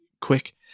quick